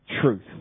truth